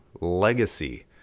legacy